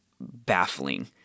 baffling